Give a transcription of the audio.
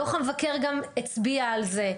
דוח המבקר גם הצביע על זה.